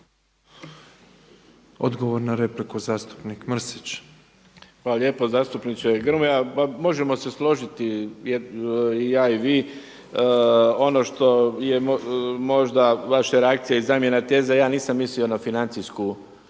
Odgovor na repliku zastupnik Mrsić. **Mrsić, Mirando (SDP)** Hvala lijepo. Zastupniče Grmoja, možemo se složiti i ja i vi, ono što je možda vaša reakcija i zamjena teze, ja nisam mislio na financijsku